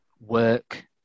work